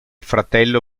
fratello